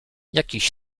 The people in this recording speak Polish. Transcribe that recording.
jakiś